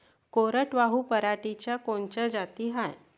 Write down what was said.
कोरडवाहू पराटीच्या कोनच्या जाती हाये?